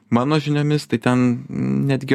mano žiniomis tai ten netgi